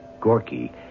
Gorky